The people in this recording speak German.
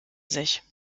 sich